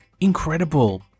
incredible